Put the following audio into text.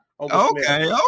Okay